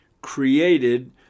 created